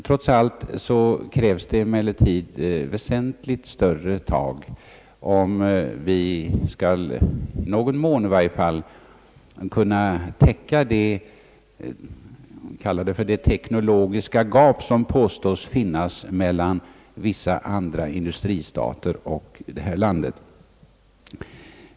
Trots allt krävs det emellertid väsentligt större tag om vi, i någon mån i varje fall, skall kunna täcka det, låt oss kalla det teknologiska gap, som påstås finnas mellan vårt land och vissa andra industristater.